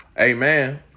Amen